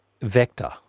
vector